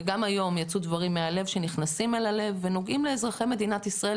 וגם היום יצאו דברים מהלב שנכנסים אל הלב ונוגעים לאזרחי מדינת ישראל,